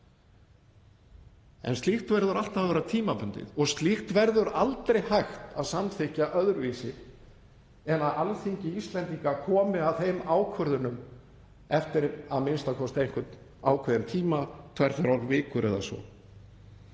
En slíkt verður alltaf að vera tímabundið og slíkt verður aldrei hægt að samþykkja öðruvísi en að Alþingi Íslendinga komi að þeim ákvörðunum eftir a.m.k. einhvern ákveðinn tíma, tvær til þrjár vikur eða svo.